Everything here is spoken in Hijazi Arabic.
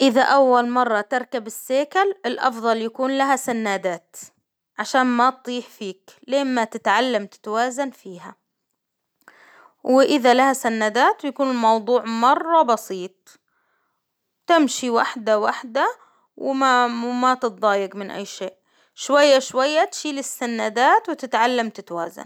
إذا أول مرة تركب السيكل، الأفضل يكون لها سنادات، عشان ما تطيح فيك، لين ما تتعلم تتوازن فيها، وإذا لا سندات يكون موضوع مرة بسيط، تمشي وحدة وحدة، وما وما تتضايق من أي شيء، شوية شوية تشيل السندات وتتعلم تتوازن.